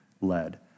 led